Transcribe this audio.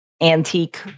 antique